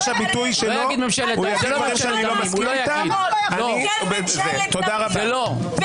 אני ברמה האישית לא פוסלת את העיקרון של פסקת התגברות,